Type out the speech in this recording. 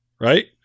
right